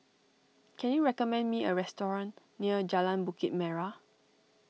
can you recommend me a restaurant near Jalan Bukit Merah